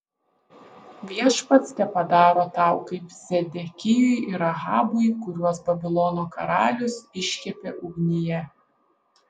viešpats tepadaro tau kaip zedekijui ir ahabui kuriuos babilono karalius iškepė ugnyje